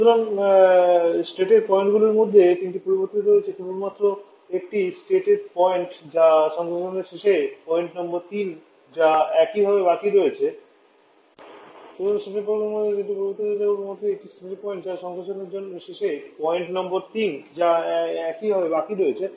সুতরাং স্টেটের পয়েন্টগুলির মধ্যে তিনটি পরিবর্তিত হচ্ছে কেবলমাত্র একটি স্টেটের পয়েন্ট যা সংশ্লেষণের শেষে পয়েন্ট নং 3 যা একইভাবে বাকি রয়েছে